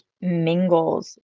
mingles